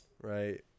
Right